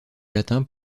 latin